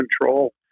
control